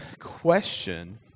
question